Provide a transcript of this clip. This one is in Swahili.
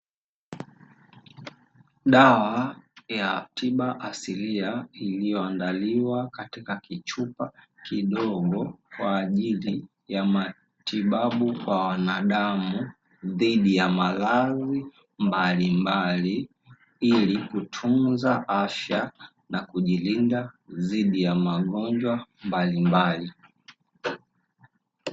Dawa ya tiba asilia, iliyoandaliwa katika kichupa kidogo kwa ajili ya matibabu kwa wanadamu, dhidi ya maradhi mbalimbali, ili kutunza afya na kujilinda dhidi ya magonjwa mbalimbali.